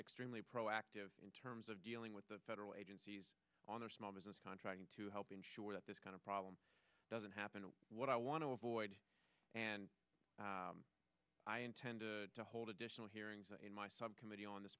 extremely proactive in terms of dealing with the federal agencies on our small business contracting to help ensure that this kind of problem doesn't happen and what i want to avoid and i intend to hold additional hearings in my subcommittee on this